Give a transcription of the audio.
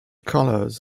colors